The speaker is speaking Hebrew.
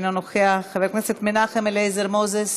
אינו נוכח, חבר הכנסת מנחם אליעזר מוזס,